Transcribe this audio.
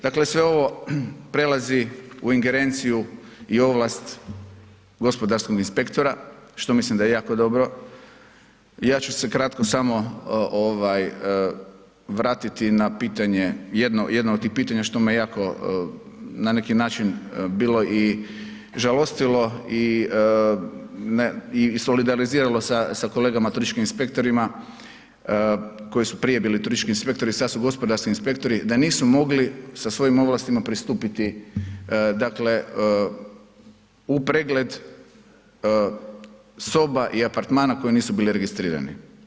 Dakle sve ovo prelazi u ingerenciju i ovlast gospodarskog inspektora što mislim da je jako dobro, ja ću se kratko samo vratiti na jedno od tih pitanja što me jako na neki način bilo i žalostilo i solidariziralo sa kolegama turističkim inspektorima koji su prije bili turistički inspektori sad su gospodarski inspektori, da nisu mogli sa svojim ovlastima pristupiti dakle u pregled soba i apartmana koji nisu bile registrirane.